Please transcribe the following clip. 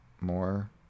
more